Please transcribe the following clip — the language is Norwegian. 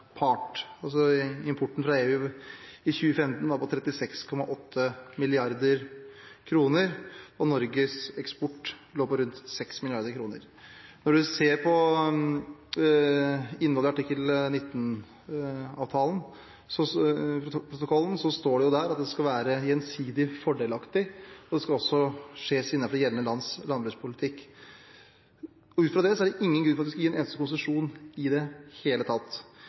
part. Importen fra EU i 2015 var på 36,8 mrd. kr, og Norges eksport lå på rundt 6 mrd. kr. Ser man på innholdet i artikkel 19-protokollen, står det der at det skal være gjensidig fordelaktig, og det skal også skje innenfor gjeldende lands landbrukspolitikk. Ut fra det er det ingen grunn til at vi skal gi en eneste konsesjon i det hele tatt.